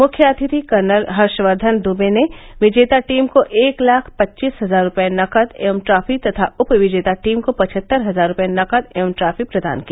मुख्य अतिथि कर्नल हर्षवर्धन दवे ने विजेता टीम को एक लाख पच्चीस हजार रुपये नकद एवं ट्रॉफी तथा उप विजेता टीम को पचहत्तर हजार रुपये नकद एवं ट्रॉफी प्रदान की